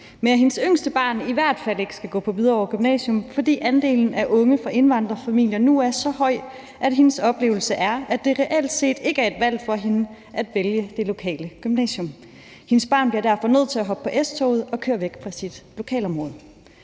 men at hendes yngste barn i hvert fald ikke skal gå på Hvidovre Gymnasium, fordi andelen af unge fra indvandrerfamilier nu er så høj, at hendes oplevelse er, at det reelt set ikke er et valg for hende at vælge det lokale gymnasium. Hendes barn bliver derfor nødt til at hoppe på S-toget og køre væk fra sit lokalområde.